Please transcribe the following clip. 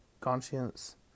conscience